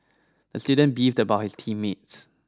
the student beefed about his team mates